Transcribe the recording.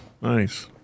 nice